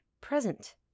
present